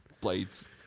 blades